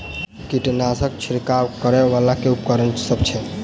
कीटनासक छिरकाब करै वला केँ उपकरण सब छै?